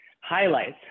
highlights